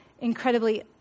incredibly